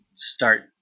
start